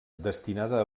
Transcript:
destinada